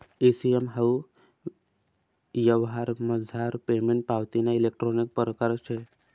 E CS हाऊ यवहारमझार payment पावतीना इलेक्ट्रानिक परकार शे